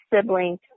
siblings